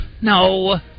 No